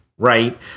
Right